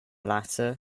latter